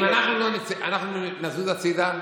אם אנחנו נזוז הצידה,